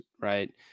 right